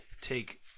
take